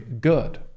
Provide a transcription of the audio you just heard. good